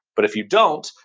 but if you don't,